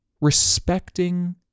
respecting